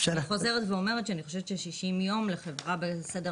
אני חוזרת ואומרת שאני חושבת ש-60 ימים לחברה בסדר